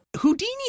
Houdini